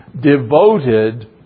devoted